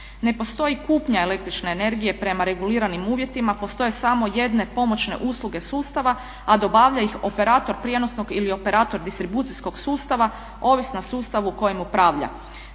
Ne postoji kupnja električne energije prema reguliranim uvjetima, postoje samo jedne pomoćne usluge sustava a dobavlja ih operator prijenosnog ili operator distribucijskog sustava, ovisno o sustavu kojim upravlja.